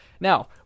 Now